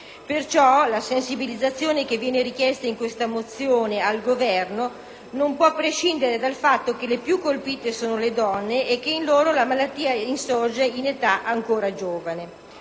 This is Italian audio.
di sensibilizzazione richiesta nella mozione n. 5 al Governo non può prescindere dal fatto che le più colpite sono le donne e che in loro la malattia insorge in una età ancora giovane.